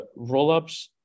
rollups